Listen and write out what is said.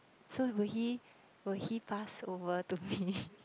so will he will he pass over to me